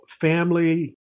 family